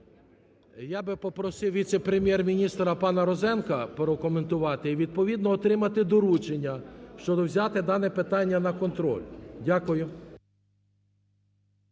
Я би попросив віце-прем'єр-міністра пана Розенка прокоментувати, і відповідно отримати доручення, щоб взяти дане питання на контроль. Дякую.